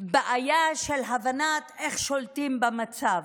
בעיה של הבנה איך שולטים במצב.